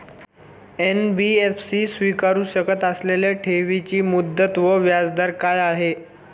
NBFC स्वीकारु शकत असलेल्या ठेवीची मुदत व व्याजदर काय आहे?